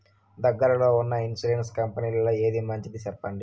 దగ్గర లో ఉన్న ఇన్సూరెన్సు కంపెనీలలో ఏది మంచిది? సెప్పండి?